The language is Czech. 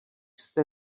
jste